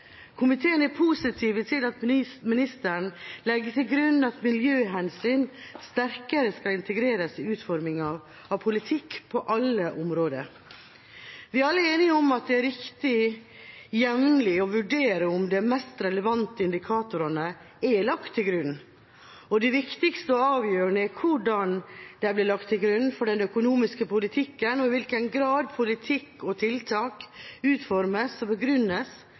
Komiteen er positiv til at ministeren legger til grunn at miljøhensyn sterkere skal integreres i utforminga av politikk på alle områder. Vi er alle enige om at det er riktig jevnlig å vurdere om de mest relevante indikatorene er lagt til grunn. Det viktigste og avgjørende er hvordan de blir lagt til grunn for den økonomiske politikken, og i hvilken grad politikk og tiltak utformes og begrunnes,